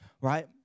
Right